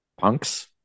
punks